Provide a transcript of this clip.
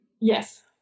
yes